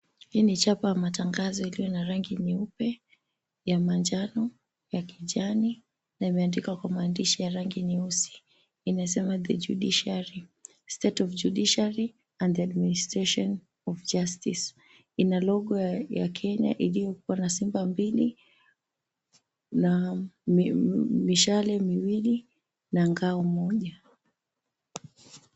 Hii ni chapa ya matangazo iliyo na rangi nyeupe, ya manjano, ya kijani na imeandikwa kwa maandishi ya rangi nyeusi inasema, The Judiciary State of Judiciary and The Administration of Justice, ina logo ya Kenya ilioko na simba mbili na mishale miwili na ngao moja.